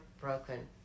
broken